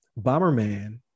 Bomberman